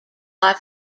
are